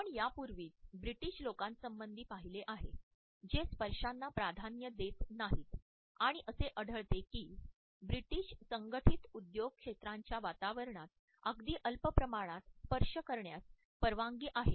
आपण यापूर्वीच ब्रिटीश लोकांसंबंधी पाहिले आहे जे स्पर्शांना प्राधान्य देत नाहीत आणि असे आढळते की ब्रिटीश संगठित उद्योग क्षेत्राच्या वातावरणात अगदी अल्प प्रमाणात स्पर्श करण्यास परवानगी आहे